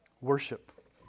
worship